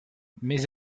mes